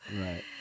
Right